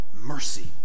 mercy